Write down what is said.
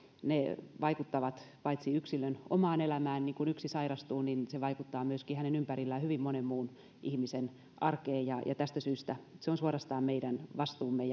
ne paitsi vaikuttavat yksilön omaan elämään mutta myös kun yksi sairastuu se vaikuttaa hänen ympärillään hyvin monen muun ihmisen arkeen tästä syystä se on suorastaan meidän vastuumme